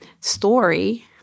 story